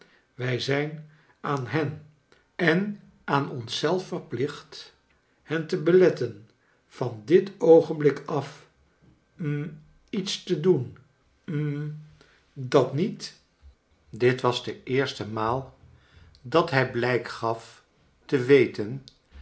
wij zijn aan hen en aan ons zelf verplicht hen te beletten van dit oogenblik af hm lets te doen hm dat niet dit was de eers te maal da t jaij blijk gaf te we